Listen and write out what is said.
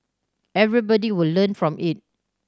everybody will learn from it